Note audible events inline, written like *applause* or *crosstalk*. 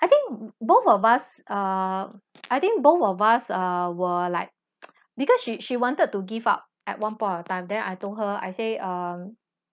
I think both of us err I think both of us err were like *noise* because she she wanted to give up at one point of time then I told her I say um